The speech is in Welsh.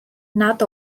nad